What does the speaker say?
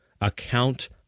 account